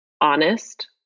honest